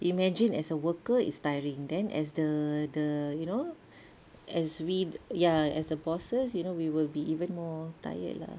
imagine as a worker it's tiring then as the the you know as we ya as the bosses you know we will be even more tired lah